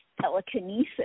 telekinesis